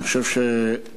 אני חושב שאסור